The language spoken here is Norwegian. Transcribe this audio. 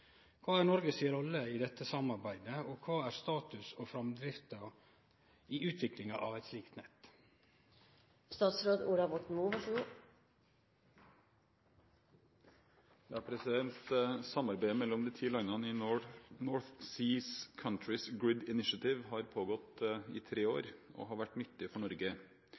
rolle i dette samarbeidet, og kva er status og framdrift i utviklinga av eit slikt nett?» Samarbeidet mellom de ti landene i the North Seas Countries’ Offshore Grid Initiative har pågått i tre år og har vært nyttig for